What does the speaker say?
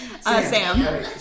Sam